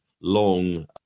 long